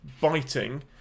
biting